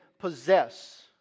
possess